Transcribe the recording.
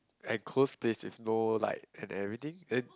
enclosed space with no light and everything and